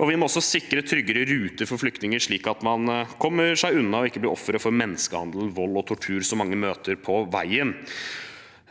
Vi må også sikre tryggere ruter for flyktninger, slik at man kommer seg unna og ikke blir offer for menneskehandel, vold og tortur, som mange møter på veien. Til slutt: